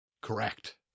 Correct